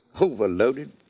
Overloaded